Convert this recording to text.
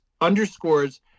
underscores